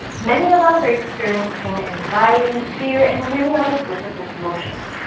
many of us are experiencing anxiety, fear and many other difficult emotions.